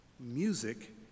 music